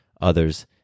others